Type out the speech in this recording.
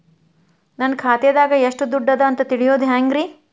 ನನ್ನ ಖಾತೆದಾಗ ಎಷ್ಟ ದುಡ್ಡು ಅದ ಅಂತ ತಿಳಿಯೋದು ಹ್ಯಾಂಗ್ರಿ?